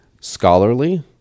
scholarly